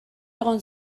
egon